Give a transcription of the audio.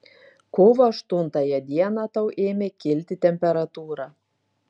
kovo aštuntąją dieną tau ėmė kilti temperatūra